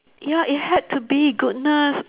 ya it had to be goodness